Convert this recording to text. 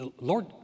Lord